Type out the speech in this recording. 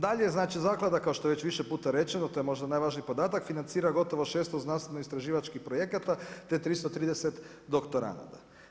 Dalje znači Zaklada kao što je već više puta rečeno to je možda najvažniji podatak financira gotovo 600 znanstveno-istraživačkih projekata te 330 doktoranata.